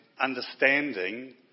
understanding